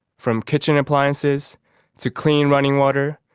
from kitchen appliances to clean running water,